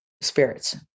spirits